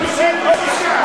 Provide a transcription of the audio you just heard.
מתוך כמה?